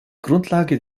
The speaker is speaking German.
grundlage